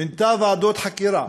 מינתה ועדות חקירה